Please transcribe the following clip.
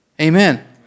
Amen